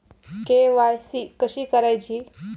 KYC कशी करायची?